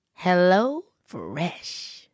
HelloFresh